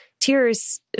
Tears